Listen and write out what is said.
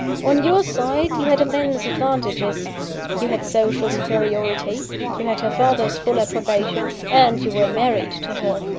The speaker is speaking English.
on your side, you had immense advantages you had social superiority you had her father's full approbation and you were married to her.